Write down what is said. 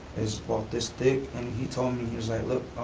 it's about this thick, and he told me, he was like, look,